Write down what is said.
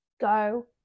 go